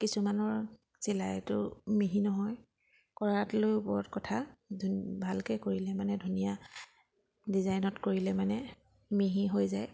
কিছুমানৰ চিলাইটো মিহি নহয় কৰাক লৈ ওপৰত কথা ধুন ভালকৈ কৰিলে মানে ধুনীয়া ডিজাইনত কৰিলে মানে মিহি হৈ যায়